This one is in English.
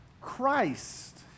Christ